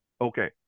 okay